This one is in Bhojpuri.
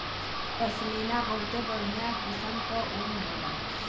पश्मीना बहुते बढ़िया किसम क ऊन होला